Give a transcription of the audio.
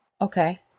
Okay